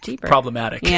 problematic